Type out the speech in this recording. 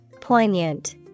Poignant